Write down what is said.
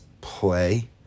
play